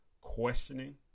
questioning